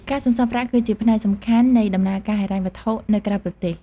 ការសន្សំប្រាក់គឺជាផ្នែកសំខាន់នៃដំណើរការហិរញ្ញវត្ថុនៅក្រៅប្រទេស។